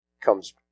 comes